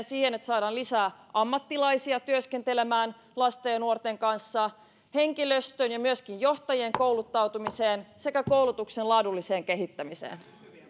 siihen että saadaan lisää ammattilaisia työskentelemään lasten ja nuorten kanssa henkilöstön ja myöskin johtajien kouluttautumiseen sekä koulutuksen laadulliseen kehittämiseen